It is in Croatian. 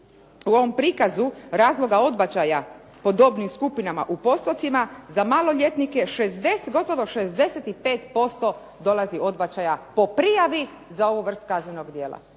u ovom prikazu razloga odbačaja po dobnim skupinama u postotcima, za maloljetnike gotovo 65% dolazi odbačaja po prijavi za ovu vrst kaznenog djela,